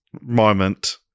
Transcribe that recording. moment